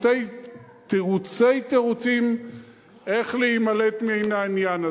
ותירוצי תירוצים איך להימלט מן העניין הזה.